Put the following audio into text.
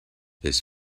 this